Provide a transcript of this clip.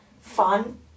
fun